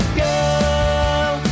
girl